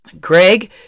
Greg